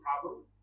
problem